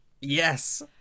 yes